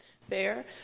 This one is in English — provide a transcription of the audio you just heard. Fair